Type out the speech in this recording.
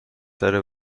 داره